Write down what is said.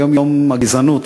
היום יום המאבק בגזענות,